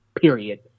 Period